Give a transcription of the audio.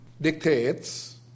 dictates